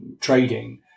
trading